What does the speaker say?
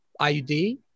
IUD